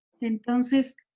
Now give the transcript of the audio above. Entonces